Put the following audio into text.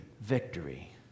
victory